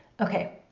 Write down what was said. Okay